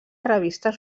revistes